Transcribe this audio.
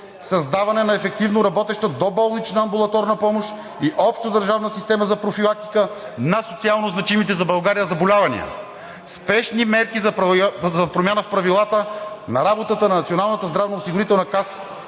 създаване на ефективно работеща доболнична амбулаторна помощ и общодържавна система за профилактика на социално значимите за България заболявания; спешни мерки за промяна в правилата на работа на Националната здравноосигурителна